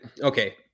okay